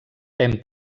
hem